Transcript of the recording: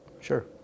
Sure